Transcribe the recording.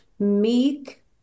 meek